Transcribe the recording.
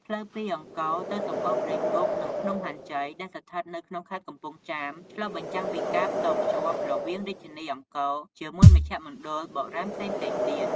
ផ្លូវពីអង្គរទៅសម្បូណ៌ព្រៃគុក និងភ្នំហាន់ជ័យ ដែលស្ថិតនៅក្នុងខេត្តកំពង់ចាម ឆ្លុះបញ្ចាំងពីការតភ្ជាប់រវាងរាជធានីអង្គរជាមួយមជ្ឈមណ្ឌលបុរាណផ្សេងៗទៀត។